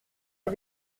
est